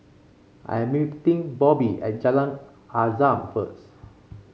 I'm meeting Bobby at Jalan Azam first